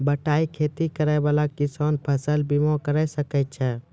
बटाई खेती करै वाला किसान फ़सल बीमा करबै सकै छौ?